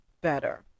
better